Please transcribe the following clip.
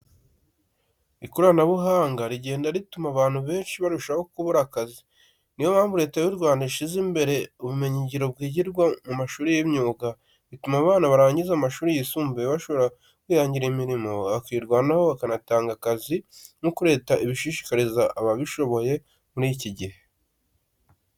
Ikoranabuhanga rigenda rituma abantu benshi barushaho kubura akazi, ni yo mpamvu Leta y' u Rwanda ishyize mbere ubumenyingiro bwigirwa mu mashuri y'imyuga, bituma abana barangiza amashuri yisumbuye bashobora kwihangira imirimo, bakirwanaho, bakanatanga akazi nk'uko leta ibishishikariza ababishoboye muri iki gihe.